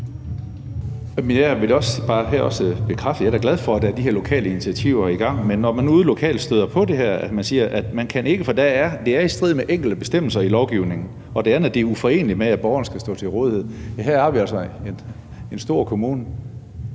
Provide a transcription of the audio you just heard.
Jeg vil bare bekræfte, at jeg da er glad for, at de her lokale initiativer er i gang, men man støder på det her ude lokalt, hvor de siger, at de ikke kan gøre det, fordi det er i strid med enkelte bestemmelser i lovgivningen, og fordi det er uforeneligt med, at borgeren skal stå til rådighed. Her har vi altså en stor kommune,